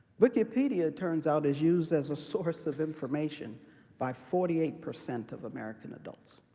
wikipedia, it turns out, is used as a source of information by forty eight percent of american adults.